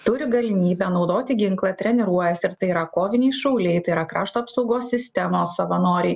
turi galimybę naudoti ginklą treniruojasi ir tai yra koviniai šauliai tai yra krašto apsaugos sistemos savanoriai